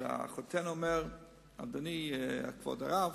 החותן אומר: אדוני, כבוד הרב,